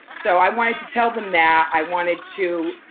so i wanted to tell them that. i wanted to